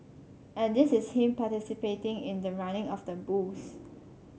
and this is him participating in the running of the bulls